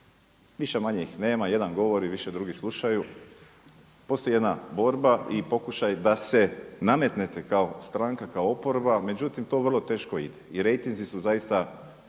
Više-manje ih nema, jedan govori, više drugi slušaju. Postoji jedna borba i pokušaj da se nametnete kao stranka, kao oporba, međutim to vrlo teško ide i rejtinzi su zaista